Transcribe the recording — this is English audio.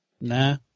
Nah